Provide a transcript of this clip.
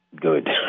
good